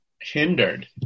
hindered